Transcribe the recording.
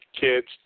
kids